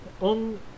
on